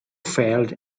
failed